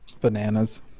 bananas